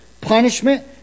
punishment